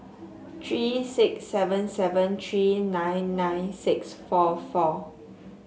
three six seven seven three nine nine six four four